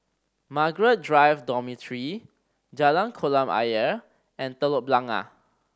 Margaret Drive Dormitory Jalan Kolam Ayer and Telok Blangah